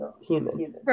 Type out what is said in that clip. human